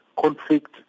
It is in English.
conflict